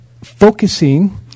focusing